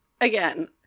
Again